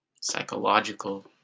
psychological